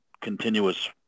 continuous